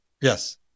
Yes